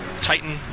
Titan